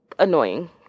Annoying